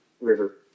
river